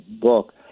book